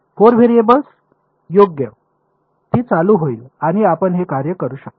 4 variables योग्य ती चालू होईल आणि आपण हे कार्य करू शकता